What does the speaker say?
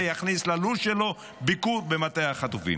יכניס ללו"ז שלו ביקור במטה החטופים.